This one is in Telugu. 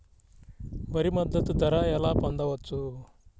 వరి మద్దతు ధర ఎలా పొందవచ్చు?